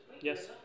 Yes